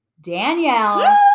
danielle